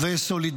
31 בעד, 45